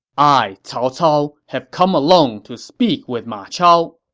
i, cao cao, have come alone to speak with ma chao,